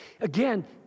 Again